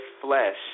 flesh